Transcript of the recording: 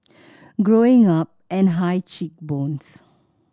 growing up and high cheek bones